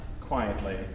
quietly